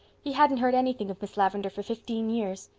he hadn't heard anything of miss lavendar for fifteen years.